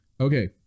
Okay